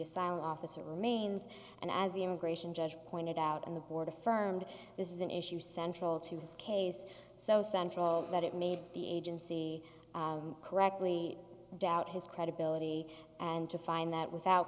asylum officer remains and as the immigration judge pointed out on the board affirmed this is an issue central to his case so central that it made the agency correctly doubt his credibility and to find that without